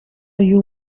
you